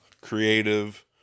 creative